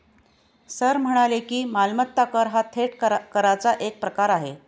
sir म्हणाले की, मालमत्ता कर हा थेट कराचा एक प्रकार आहे